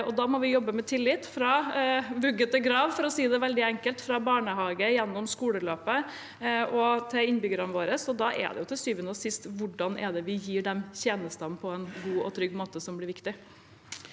Da må vi jobbe med tillit fra vugge til grav, for å si det veldig enkelt, fra barnehage og gjennom skoleløpet, til innbyggerne våre. Det som da blir viktig, er til syvende og sist hvordan vi gir de tjenestene på en god og trygg måte. Presidenten